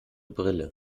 brille